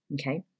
okay